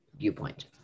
viewpoint